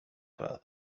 that